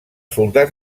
soldats